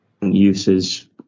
uses